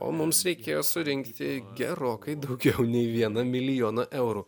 o mums reikėjo surinkti gerokai daugiau nei vieną milijoną eurų